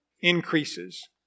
increases